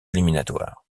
éliminatoires